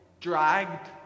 dragged